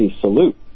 salute